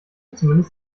zumindest